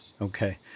Okay